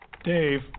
Dave